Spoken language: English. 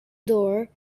door